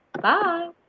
Bye